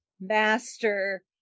master